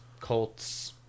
Colts